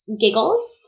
Giggles